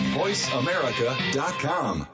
voiceamerica.com